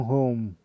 Home